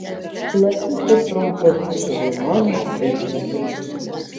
plačius ir trumpus su vilnoniais vidpadžiais